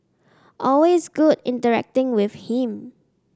always good interacting with him